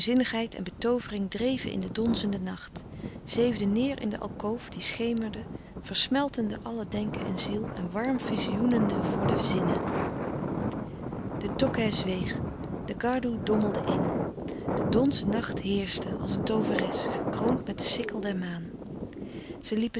en betoovering dreven in den donzenden nacht zeefden neêr in de alkoof die schemerde versmeltende alle denken en ziel en warm vizioenende voor de zinnen de tokkè zweeg de gardoè dommelde in de donzen nacht heerschte als een tooveres gekroond met de sikkel der maan zij liepen